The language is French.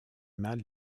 mal